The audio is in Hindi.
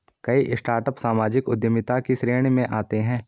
कई स्टार्टअप सामाजिक उद्यमिता की श्रेणी में आते हैं